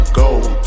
gold